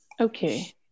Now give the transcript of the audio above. Okay